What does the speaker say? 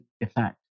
effect